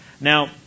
Now